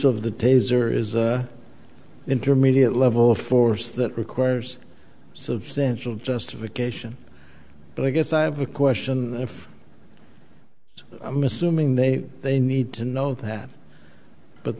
of the taser is a intermediate level of force that requires substantial justification and i guess i have a question if i'm assuming they they need to know that but